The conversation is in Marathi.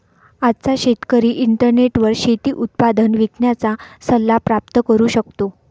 आजचा शेतकरी इंटरनेटवर शेती उत्पादन विकण्याचा सल्ला प्राप्त करू शकतो